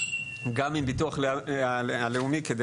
גם ביטוח לאומי כדי